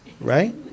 right